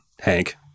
Hank